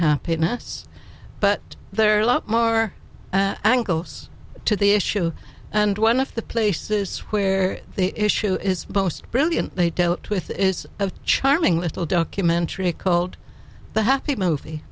happiness but there are a lot more angles to the issue and one of the places where the issue is boast brilliant they dealt with it is a charming little documentary called the happy movie